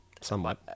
Somewhat